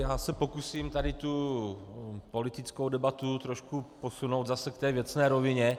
Já se pokusím politickou debatu trošku posunout zase k věcné rovině.